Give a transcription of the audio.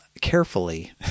carefully